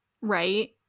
Right